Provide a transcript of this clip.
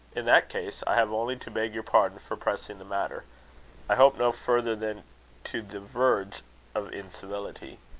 in that case, i have only to beg your pardon for pressing the matter i hope no further than to the verge of incivility.